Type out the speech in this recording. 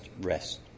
rest